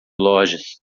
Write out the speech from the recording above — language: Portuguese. lojas